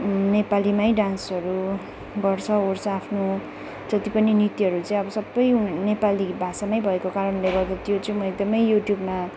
नेपालीमै डान्सहरू गर्छ ओर्छ आफ्नो जति पनि नृत्यहरू आबो सबै नेपाली भाषामै भएको कारणले गर्दा त्यो चाहिँ म एकदमै युट्युबमा